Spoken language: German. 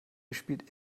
spielt